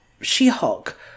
She-Hulk